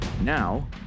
Now